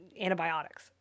antibiotics